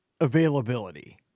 availability